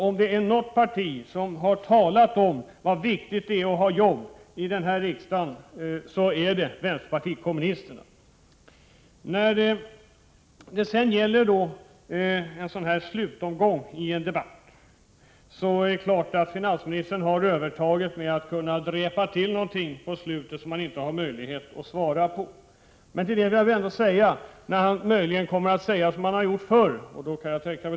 Om det är något parti som i denna riksdag har talat om hur viktigt det är att ha arbete, är det vänsterpartiet kommunisterna. Vi är ju nu i slutet av denna debattomgång, och finansministern har övertaget. Han kan dräpa till med någonting i slutet som vi inte har möjlighet att svara på. Finansministern kommer möjligen att göra som för ett år sedan.